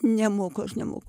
nemoku aš nemoku